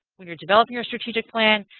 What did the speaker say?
when you're developing your strategic plan,